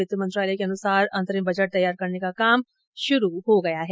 वित्त मंत्रालय के अनुसार अंतरिम बजट तैयार करने का काम शुरू हो गया है